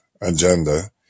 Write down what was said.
agenda